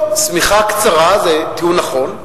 טוב, שמיכה קצרה זה טיעון נכון,